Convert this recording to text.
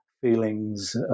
feelings